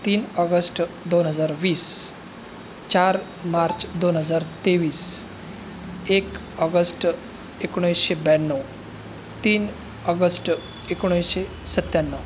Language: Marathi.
तीन ऑगस्ट दोन हजार वीस चार मार्च दोन हजार तेवीस एक ऑगस्ट एकोणावीसशे ब्याण्णव तीन ऑगस्ट एकोणावीसशे सत्त्याण्णव